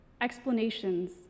explanations